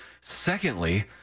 Secondly